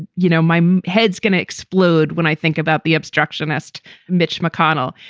you know, my head's going to explode when i think about the obstructionist mitch mcconnell.